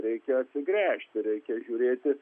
reikia atsigręžti reikia žiūrėti